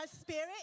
spirit